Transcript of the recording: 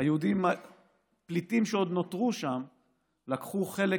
היהודים הפליטים שעוד נותרו שם לקחו חלק